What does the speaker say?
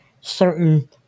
certain